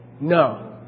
No